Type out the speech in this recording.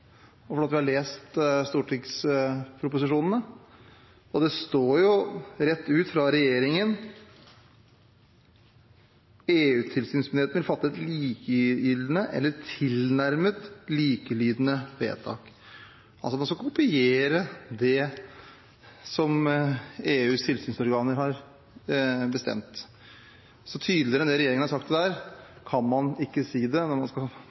lese, og fordi vi har lest stortingsproposisjonene, og det står rett ut fra regjeringen: «EU-tilsynsmyndigheten, vil fatte et likelydende eller tilnærmet likelydende vedtak» – altså man skal kopiere det som EUs tilsynsorganer har bestemt. Så tydeligere enn det regjeringen har sagt det der, kan man ikke si det, når man skal